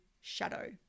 shadow